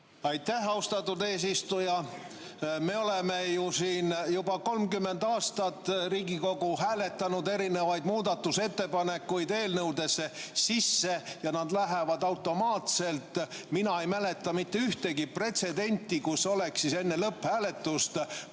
Aitäh, austatud eesistuja! Me oleme ju siin juba 30 aastat Riigikogus hääletanud erinevaid muudatusettepanekuid eelnõudesse sisse ja nad lähevad automaatselt. Mina ei mäleta mitte ühtegi pretsedenti, kus oleks enne lõpphääletust